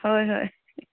ꯍꯣꯏ ꯍꯣꯏ